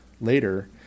later